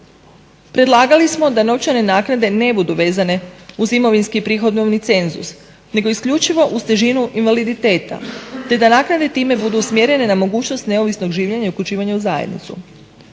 Predlagali smo da novčane naknade ne budu vezane uz imovinski i prihodovni cenzus nego isključivo uz težinu invaliditeta, te da naknade time budu usmjerene na mogućnost neovisnog življenja i uključivanja u zajednicu.